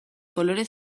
kolore